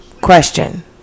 Question